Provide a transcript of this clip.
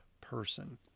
person